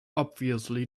obviously